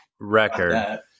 record